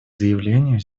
заявлению